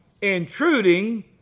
intruding